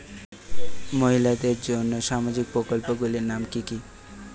মহিলাদের জন্য সামাজিক প্রকল্প গুলির নাম কি কি?